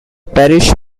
parish